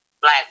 black